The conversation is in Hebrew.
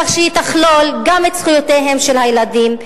כך שהיא תכלול גם את זכויותיהם של הילדים,